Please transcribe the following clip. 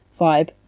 vibe